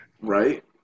Right